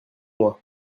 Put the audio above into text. moi